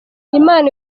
imana